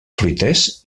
fruiters